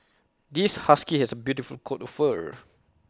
this husky has A beautiful coat of fur